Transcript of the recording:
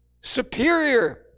superior